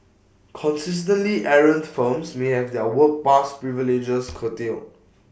consistently errant firms may have their work pass privileges curtailed